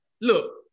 look